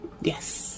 Yes